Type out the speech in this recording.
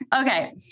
Okay